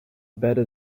better